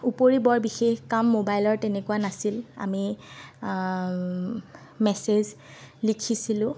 উপৰি বৰ বিশেষ কাম মোবাইলৰ তেনেকুৱা নাছিল আমি মেছেজ লিখিছিলোঁ